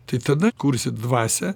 tai tada kursi dvasią